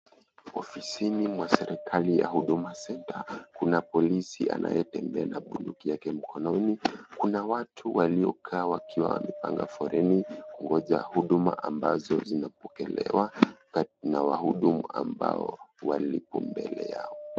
Ofisini mwa serikali ya huduma center kuna police ambaye anatembea na bunduki yake mkononi kuna watu waliokaa na wakiwa wamepanga foleni kungoja huduma ambazo zinapokelewa na wahudumu ambao walio mbele yao.